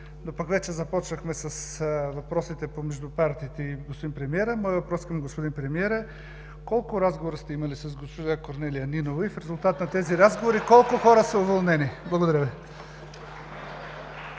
но пък вече започнахме с въпросите между партиите и господин премиера, моят въпрос към него е: Колко разговора сте имали с госпожа Корнелия Нинова и в резултат на тези разговори колко хора са уволнени? (Оживление